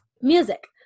Music